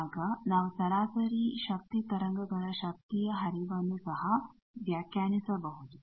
ಆಗ ನಾವು ಸರಾಸರಿ ಶಕ್ತಿ ತರಂಗಗಳ ಶಕ್ತಿಯ ಹರಿವನ್ನು ಸಹ ವ್ಯಾಖ್ಯಾನಿಸಬಹುದು